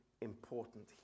important